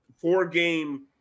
four-game